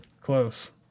Close